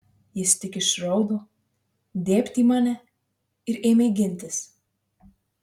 jis tik išraudo dėbt į mane ir ėmė gintis